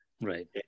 Right